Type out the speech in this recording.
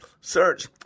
search